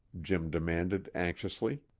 jim demanded anxiously.